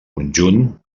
conjunt